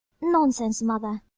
nonsense, mother!